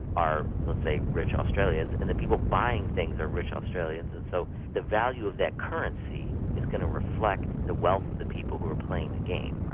are let's say rich australians, and the people buying things are rich australians. and so the value of that currency is going to reflect the wealth of the people who are playing the game.